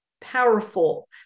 powerful